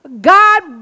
God